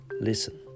Listen